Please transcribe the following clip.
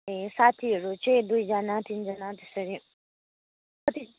ए साथीहरू चाहिँ दुईजना तिनजना त्यसरी